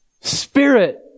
Spirit